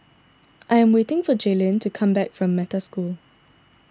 I am waiting for Jaylyn to come back from Metta School